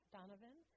Donovan